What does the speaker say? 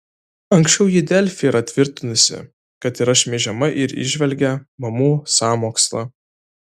anksčiau ji delfi yra tvirtinusi kad yra šmeižiama ir įžvelgė mamų sąmokslą